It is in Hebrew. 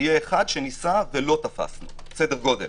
יש אחד שניסה ולא תפסנו סדר גודל.